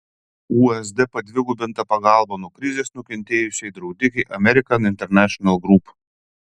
usd padvigubinta pagalba nuo krizės nukentėjusiai draudikei american international group